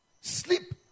Sleep